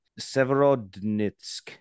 Severodnitsk